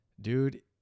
dude